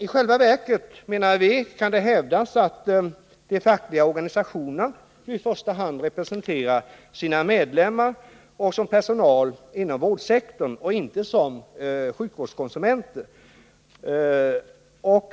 I själva verket, menar vi, kan hävdas att de fackliga organisationerna i första hand representerar sina medlemmar som personal inom vårdsektorn och inte som sjukvårdskonsumenter.